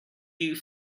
you